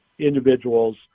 individuals